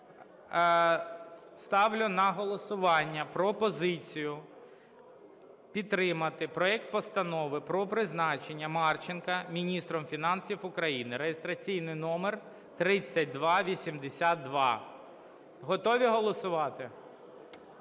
Ставлю на голосування пропозицію підтримати проект Постанови про призначення Марченка Міністром фінансів України (реєстраційний номер 3282). Готові голосувати?